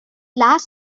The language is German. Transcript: lars